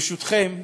ברשותכם,